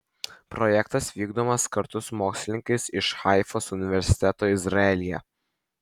projektas vykdomas kartu su mokslininkais iš haifos universiteto izraelyje